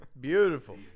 Beautiful